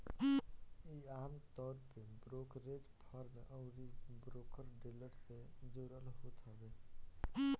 इ आमतौर पे ब्रोकरेज फर्म अउरी ब्रोकर डीलर से जुड़ल होत हवे